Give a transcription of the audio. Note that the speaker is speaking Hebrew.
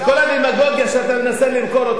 וכל הדמגוגיה שאתה מנסה למכור,